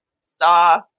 saw